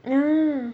mm